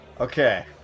okay